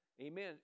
amen